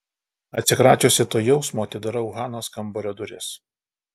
atsikračiusi to jausmo atidarau hanos kambario duris